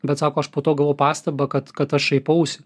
bet sako aš po to gavau pastabą kad kad aš šaipausi